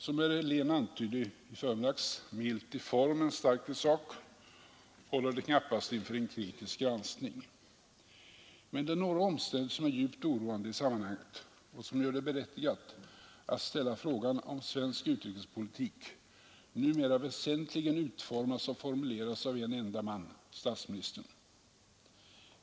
Som herr Helén antydde i förmiddags, milt i form men starkt i sak, håller det knappast inför en kritisk granskning. Men det är några omständigheter som är djupt oroande i sammanhanget och som gör det berättigat att ställa frågan om svensk utrikespolitik numera väsentligen utformas och formuleras av en enda man — statsministern.